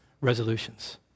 resolutions